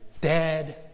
dead